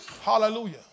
Hallelujah